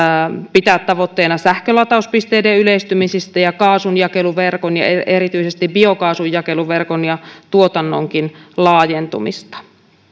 pitää tavoitteena sähkölatauspisteiden yleistymistä ja kaasunjakeluverkon ja erityisesti biokaasun jakeluverkon ja tuotannonkin laajentumista